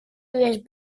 usb